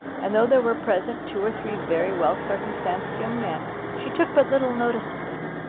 and though there were present two or three very well circumstanced young men she took but little notice of them.